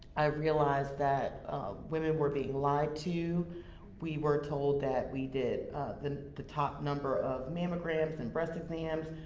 i realized that women were being lied to we were told that we did the the top number of mammograms and breast exams,